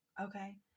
okay